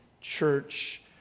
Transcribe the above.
church